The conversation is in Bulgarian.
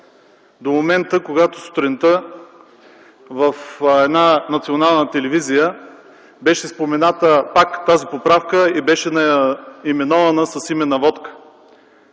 до момента, когато сутринта в една национална телевизия беше спомената пак тази поправка и беше наименована с име на водка.